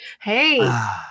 Hey